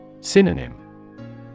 Synonym